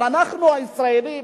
אבל אנחנו הישראלים